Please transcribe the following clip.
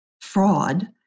fraud